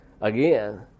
again